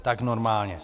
Tak normálně.